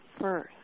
first